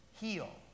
Heal